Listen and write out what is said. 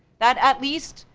that at least,